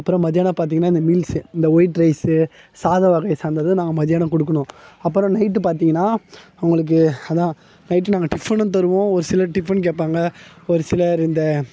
அப்புறம் மத்தியானம் பார்த்திங்கனா இந்த மீல்ஸு இந்த ஒயிட் ரைஸு சாதம் வகையை சார்ந்தது நாங்கள் மத்தியானம் கொடுக்கணும் அப்பறம் நைட்டு பார்த்திங்கனா அவங்களுக்கு அதான் நைட்டு நாங்கள் டிஃபனும் தருவோம் ஒரு சிலர் டிஃபன் கேட்பாங்க ஒரு சிலர் இந்த